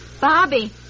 Bobby